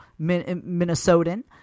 Minnesotan